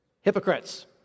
hypocrites